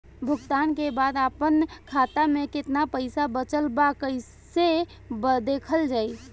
भुगतान के बाद आपन खाता में केतना पैसा बचल ब कइसे देखल जाइ?